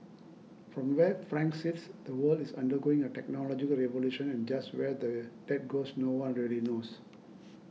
from where Frank sits the world is undergoing a technological revolution and just where that goes no one really knows